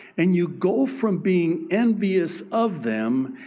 and you go from being envious of them,